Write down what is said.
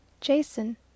Jason